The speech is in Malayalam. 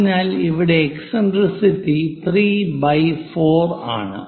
അതിനാൽ ഇവിടെ എക്സിൻട്രിസിറ്റി ¾ ആണ്